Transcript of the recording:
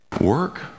Work